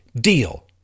deal